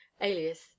alias